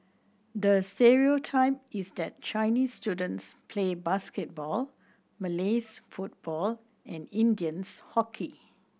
the stereotype is that Chinese students play basketball Malays football and Indians hockey